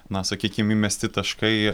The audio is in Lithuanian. na sakykim įmesti taškai